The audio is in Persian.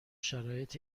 شرایط